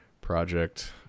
Project